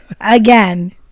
again